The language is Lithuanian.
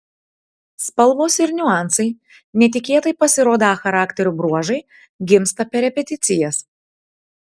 spalvos ir niuansai netikėtai pasirodą charakterio bruožai gimsta per repeticijas